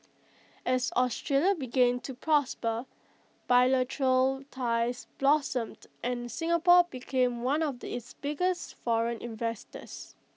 as Australia began to prosper bilateral ties blossomed and Singapore became one of its biggest foreign investors